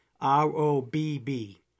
R-O-B-B